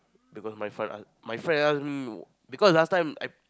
because my friend ask my friend ask me because last time I